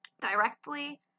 directly